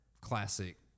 classic